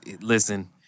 listen